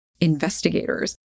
investigators